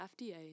FDA